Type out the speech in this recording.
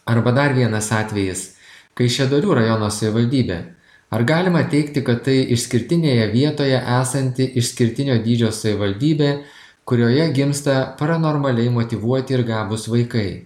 arba dar vienas atvejis kaišiadorių rajono savivaldybė ar galima teigti kad tai išskirtinėje vietoje esanti išskirtinio dydžio savivaldybė kurioje gimsta paranormaliai motyvuoti ir gabūs vaikai